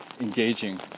engaging